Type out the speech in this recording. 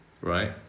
right